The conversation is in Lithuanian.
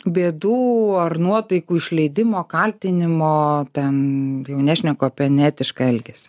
bėdų ar nuotaikų išleidimo kaltinimo ten jau nešneku apie neetišką elgesį